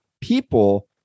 people